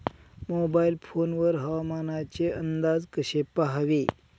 Mobile phone वर हवामानाचे अंदाज कसे पहावे?